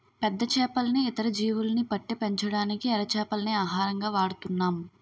పెద్ద చేపల్ని, ఇతర జీవుల్ని పట్టి పెంచడానికి ఎర చేపల్ని ఆహారంగా వాడుతున్నాం